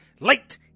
Late